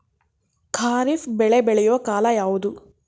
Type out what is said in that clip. ಖಾರಿಫ್ ಬೆಳೆ ಬೆಳೆಯುವ ಕಾಲ ಯಾವುದು?